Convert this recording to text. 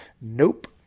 nope